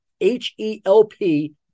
H-E-L-P